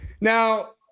Now